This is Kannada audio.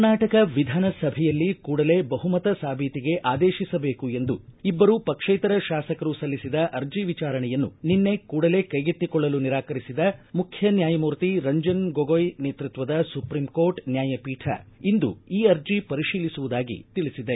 ಕರ್ನಾಟಕ ವಿಧಾನಸಭೆಯಲ್ಲಿ ಕೂಡಲೇ ಬಹುಮತ ಸಾಬೀತಿಗೆ ಆದೇತಿಸಬೇಕು ಎಂದು ಇಬ್ಬರು ಪಕ್ಷೇತರ ಶಾಸಕರು ಸಲ್ಲಿಸಿದ ಅರ್ಜಿ ವಿಚಾರಣೆಯನ್ನು ನಿನ್ನೆ ಕೂಡಲೇ ಕೈಗೆತ್ತಿಕೊಳ್ಳಲು ನಿರಾಕರಿಸಿದ ಮುಖ್ಯನ್ನಾಯಮೂರ್ತಿ ರಂಜನ್ ಗೊಗೊಯ್ ನೇತೃತ್ವದ ಸುಪ್ರೀಂ ಕೋರ್ಟ್ ನ್ಯಾಯಪೀಠ ಇಂದು ಈ ಅರ್ಜಿ ಪರಿಶೀಲಿಸುವುದಾಗಿ ತಿಳಿಸಿದೆ